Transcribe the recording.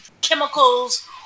chemicals